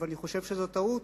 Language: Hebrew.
ואני חושב שזו טעות